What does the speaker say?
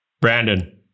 Brandon